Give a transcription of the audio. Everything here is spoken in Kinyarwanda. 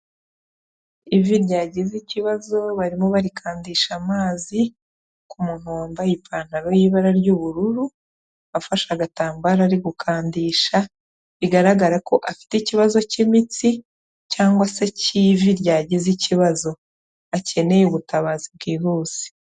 Ivi ryagize ikibazo barimo barikandisha amazi ku muntu wambaye ipantaro y'ibara ry'ubururu afashe agatambaro ari gukandisha bigaragara ko afite ikibazo cy'imitsi cyangwa se k'ivi ryagize ikibazo, akeneye ubutabazi bwihuse.